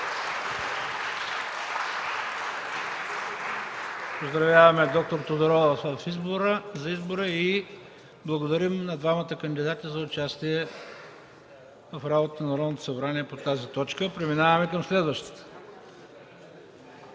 Поздравяваме д-р Тодорова за избора. Благодарим на двамата кандидати за участието им в работата на Народното събрание по тази точка. Преминаваме към следващата